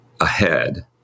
ahead